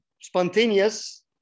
spontaneous